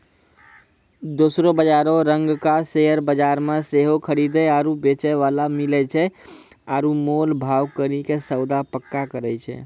दोसरो बजारो रंगका शेयर बजार मे सेहो खरीदे आरु बेचै बाला मिलै छै आरु मोल भाव करि के सौदा पक्का करै छै